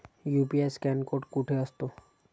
UPI scan code कुठे असतो?